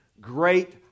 great